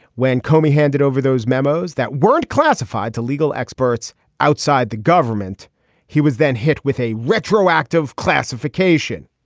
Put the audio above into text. when comey handed over those memos that weren't classified to legal experts outside the government he was then hit with a retroactive classification.